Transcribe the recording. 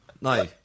No